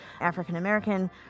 African-American